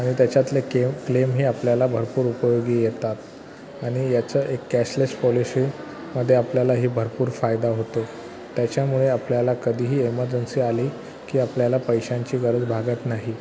आणि त्याच्यातले क्लेव क्लेम हे आपल्याला भरपूर उपयोगी येतात आणि याचं एक कॅशलेस पॉलिशीमध्ये आपल्याला हे भरपूर फायदा होतो त्याच्यामुळे आपल्याला कधीही एमर्जन्सी आली की आपल्याला पैशांची गरज भागत नाही